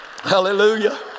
hallelujah